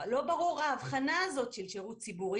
לא ברורה ההבחנה הזו של שירות ציבורי